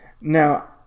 Now